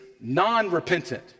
non-repentant